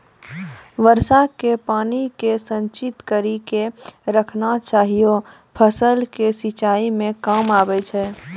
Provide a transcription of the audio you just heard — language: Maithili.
वर्षा के पानी के संचित कड़ी के रखना चाहियौ फ़सल के सिंचाई मे काम आबै छै?